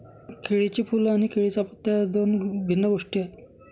केळीचे फूल आणि केळीचा पत्ता या दोन भिन्न गोष्टी आहेत